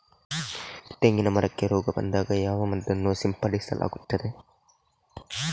ತೆಂಗಿನ ಮರಕ್ಕೆ ರೋಗ ಬಂದಾಗ ಯಾವ ಮದ್ದನ್ನು ಸಿಂಪಡಿಸಲಾಗುತ್ತದೆ?